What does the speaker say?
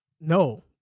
No